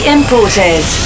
Imported